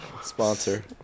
Sponsor